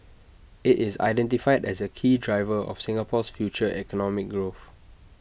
IT is identified as A key driver of Singapore's future economic growth